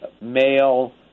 male